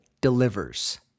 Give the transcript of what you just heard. delivers